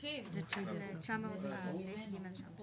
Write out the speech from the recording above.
בשני ולא משנה אם אתה